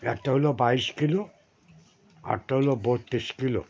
একটা হলো বাইশ কিলো আরেকটা হলো বত্রিশ কিলো